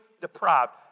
deprived